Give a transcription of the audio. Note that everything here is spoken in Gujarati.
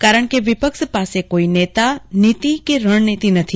કારણે કે વિપક્ષ પાસે કોઈ નેતા નીતિ કે રણનીતિ નથી